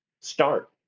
Start